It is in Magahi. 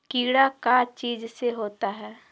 कीड़ा का चीज से होता है?